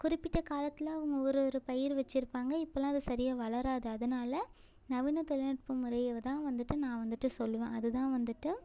குறிப்பிட்ட காலத்தில் அவங்க ஒரு ஒரு பயிர் வச்சிருப்பாங்கள் இப்போலாம் அது சரியாக வளராது அதனால் நவீன தொழில்நுட்ப முறையை தான் வந்துட்டு நான் வந்துட்டு சொல்லுவேன் அது தான் வந்துட்டு